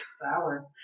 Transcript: Sour